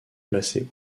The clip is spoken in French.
placés